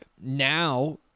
now